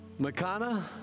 Makana